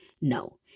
No